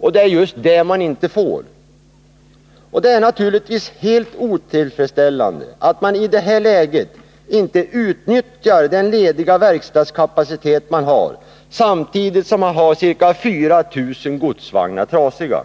Men det får man inte. Det är naturligtvis helt otillfredsställande att man i det här läget inte utnyttjar den verkstadskapacitet man har, samtidigt som man har ca 4 000 godsvagnar trasiga